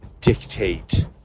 dictate